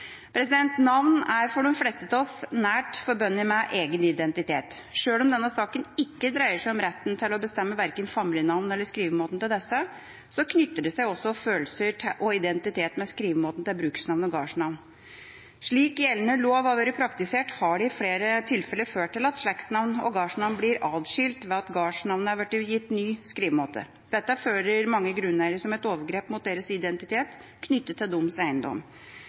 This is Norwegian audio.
hørt. Navn er for de fleste av oss nært forbundet med egen identitet. Sjøl om denne saken ikke dreier seg om retten til å bestemme verken familienavn eller skrivemåten av disse, knytter det seg følelser og identitet til skrivemåten til bruksnavn og gårdsnavn. Slik gjeldende lov har vært praktisert, har det i flere tilfeller ført til at slektsnavn og gårdsnavn er blitt atskilt ved at gårdsnavnet er gitt ny skrivemåte. Dette føler mange grunneiere som et overgrep mot identiteten knyttet til